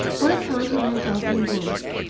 whereupon he went off indoors,